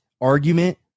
argument